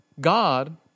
God